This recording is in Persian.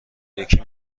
یکی